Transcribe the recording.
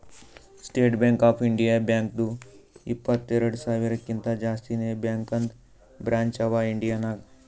state bank of India ಬ್ಯಾಂಕ್ದು ಇಪ್ಪತ್ತೆರೆಡ್ ಸಾವಿರಕಿಂತಾ ಜಾಸ್ತಿನೇ ಬ್ಯಾಂಕದು ಬ್ರ್ಯಾಂಚ್ ಅವಾ ಇಂಡಿಯಾ ನಾಗ್